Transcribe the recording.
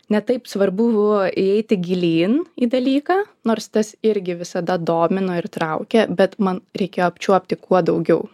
ne taip svarbu buvo įeiti gilyn į dalyką nors tas irgi visada domino ir traukė bet man reikėjo apčiuopti kuo daugiau